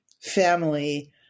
family